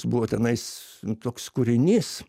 buvo tenais toks kūrinys